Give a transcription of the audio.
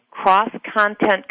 Cross-content